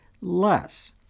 less